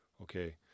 okay